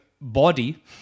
body